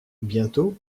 bientôt